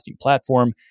platform